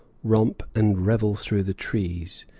romp and revel through the trees,